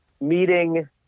meeting